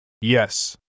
Yes